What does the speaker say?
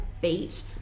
beat